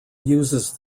uses